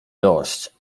dość